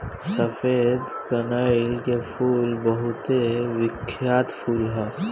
सफेद कनईल के फूल बहुत बिख्यात फूल ह